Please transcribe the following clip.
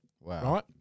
right